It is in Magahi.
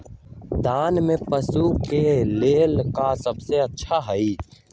दाना में पशु के ले का सबसे अच्छा होई?